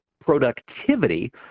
productivity